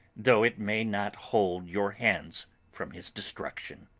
though it may not hold your hands from his destruction.